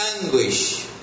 anguish